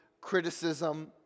criticism